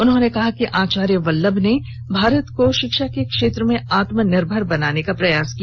उन्होंने कहा कि आचार्य वल्लभ ने भारत को शिक्षा के क्षेत्र में आत्मनिर्भर बनाने का प्रयास किया